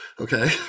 okay